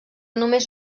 només